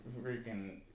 freaking